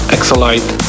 Exolite